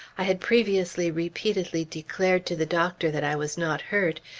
i had previously repeatedly declared to the doctor that i was not hurt,